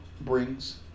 brings